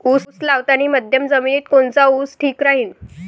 उस लावतानी मध्यम जमिनीत कोनचा ऊस ठीक राहीन?